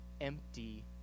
empty